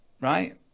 right